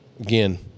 Again